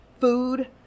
food